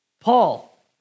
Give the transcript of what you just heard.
Paul